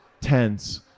tense